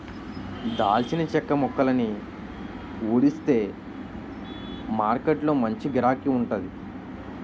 దాల్చిన చెక్క మొక్కలని ఊడిస్తే మారకొట్టులో మంచి గిరాకీ వుంటాది